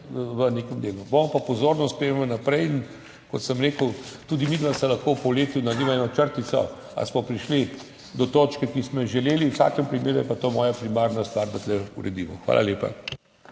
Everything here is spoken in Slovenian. v nekem delu. Bom pa pozorno spremljali naprej in kot sem rekel, tudi midva lahko v polletju narediva eno črtico, ali smo prišli do točke, ki smo jo želeli. V vsakem primeru je pa to moja primarna stvar, da to uredimo. Hvala lepa.